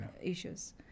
issues